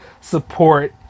support